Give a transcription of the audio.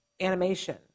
animation